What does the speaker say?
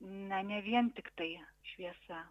na ne vien tiktai šviesa